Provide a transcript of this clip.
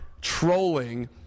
trolling